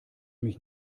mich